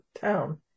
town